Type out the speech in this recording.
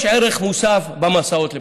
יש ערך מוסף במסעות לפולין,